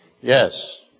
Yes